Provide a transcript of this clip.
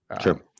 sure